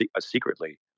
secretly